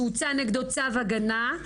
שהוצא נגדו צו הגנה,